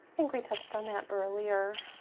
think we touched on that earlier.